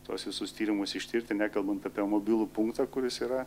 tuos visus tyrimus ištirti nekalbant apie mobilų punktą kuris yra